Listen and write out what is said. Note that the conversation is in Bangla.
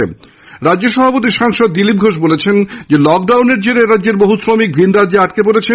দলের রাজ্য সভাপতি ও সাংসদ দিলীপ ঘোষ বলেন লকডাউনের জেরে এ রাজ্যের বহু শ্রমিক ভিন রাজ্যে আটকে পড়েছেন